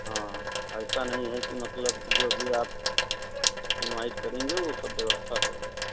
हाँ ऐसा नहीं है कि मतलब जब भी आप इनव्हाइट करेंगे वह सब व्यवस्था हो जाएगा